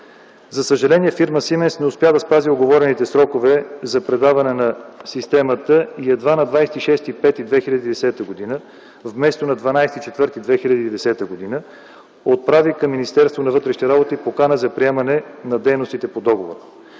За съжаление, фирма „Сименс” не успя да спази уговорените срокове за предаване на системата и едва на 26.05.2010 г., вместо на 12.04.2010 г., отправи към Министерството на вътрешните работи покана за приемане на дейностите по договора.